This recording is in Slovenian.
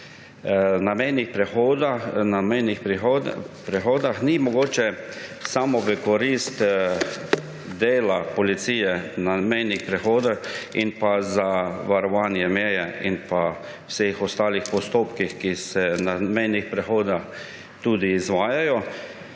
na mejnih prehodih ni samo v korist dela policije na mejnih prehodih in varovanja meje in vseh ostalih postopkov, ki se na mejnih prehodih izvajajo.